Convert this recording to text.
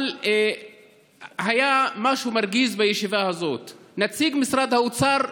אבל היה משהו מרגיז בישיבה הזאת: נציג משרד האוצר,